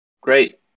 Great